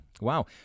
Wow